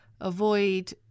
avoid